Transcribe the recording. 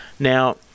Now